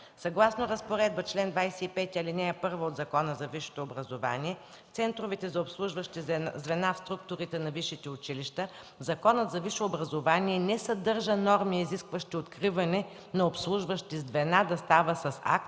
Съгласно разпоредбата на чл. 25, ал. 1 от Закона за висшето образование центровете са обслужващи звена в структурите на висшите училища. Законът за висшето образование не съдържа норми, изискващи откриването на обслужващи звена да става с акт